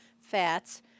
fats